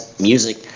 music